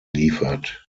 liefert